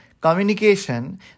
communication